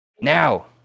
Now